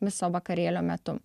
viso vakarėlio metu